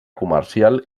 comercial